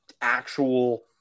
actual